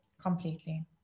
completely